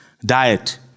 Diet